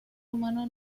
humano